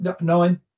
nine